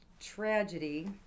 tragedy